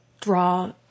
Draw